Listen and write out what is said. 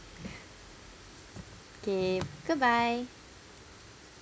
okay goodbye